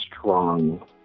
strong